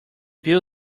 bill